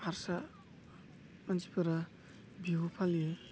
हारसा मानसिफोरा बिहु फालियो